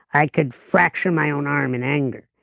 i could fracture my own arm in anger.